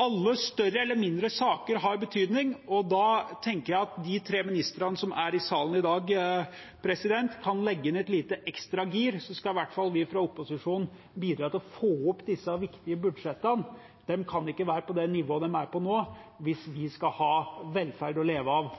Alle større eller mindre saker har betydning, og da tenker jeg at om de tre ministrene som er i salen i dag, kan legge inn et lite ekstra gir, skal i hvert fall vi fra opposisjonen bidra til å få opp disse viktige budsjettene. De kan ikke være på det nivået de er på nå hvis vi skal ha velferd å leve av